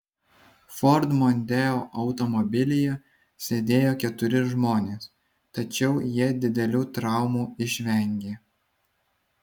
ford mondeo automobilyje sėdėjo keturi žmonės tačiau jie didelių traumų išvengė